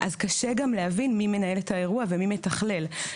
אז קשה גם להבין מי מנהל את האירוע ומי מתכלל אותו,